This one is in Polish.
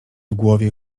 głowie